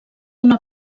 una